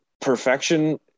perfection